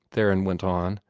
theron went on,